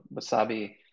Wasabi